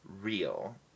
real